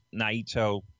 Naito